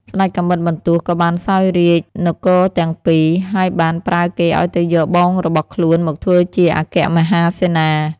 ស្ដេចកាំបិតបន្ទោះក៏បានសោយរាជ្យនគរទាំងពីរ ហើយបានប្រើគេឱ្យទៅយកបងរបស់ខ្លួនមកធ្វើជាអគ្គមហាសេនា។